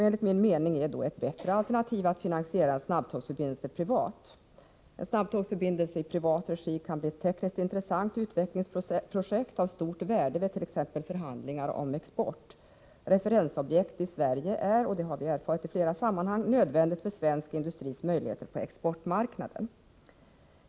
Enligt min mening är det ett bättre alternativ att finansiera en snabbtågsförbindelse på privat väg. En snabbtågsförbindelse i privat regi kan bli ett tekniskt intressant utvecklingsprojekt av stort värde vid t.ex. förhandlingar om export. Referensobjekt i Sverige är — det har vi erfarit i flera sammanhang — nödvändigt för svensk industris möjligheter på exportmarknaden.